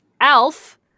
ALF